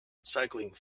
cycling